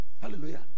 Hallelujah